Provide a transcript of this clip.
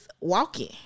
walking